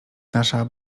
nasza